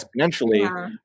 exponentially